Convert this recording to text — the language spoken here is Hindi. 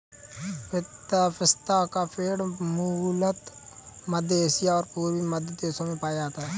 पिस्ता का पेड़ मूलतः मध्य एशिया और पूर्वी मध्य देशों में पाया जाता है